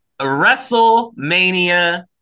WrestleMania